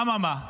אממה,